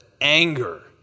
anger